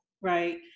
right